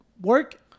work